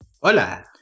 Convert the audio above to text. Hola